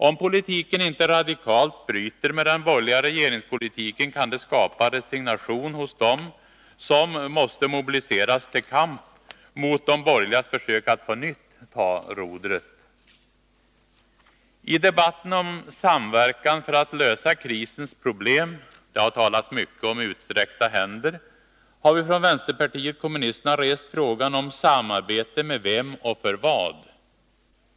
Om politiken inte radikalt bryter med den borgerliga regeringspolitiken kan det skapa resignation hos dem som måste mobiliseras till kamp mot de borgerligas försök att på nytt ta rodret. I debatten om samverkan för att lösa krisens problem — det har talats mycket om utsträckta händer — har vi från vänsterpartiet kommunisterna rest frågan om samarbete med vem och för vad.